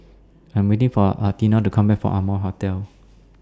I'm waiting For Atina to Come Back from Amoy Hotel